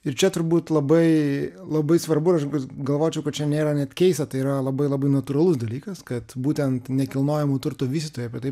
ir čia turbūt labai labai svarbu aš galvočiau kad čia nėra net keista tai yra labai labai natūralus dalykas kad būtent nekilnojamo turto vystytojai apie tai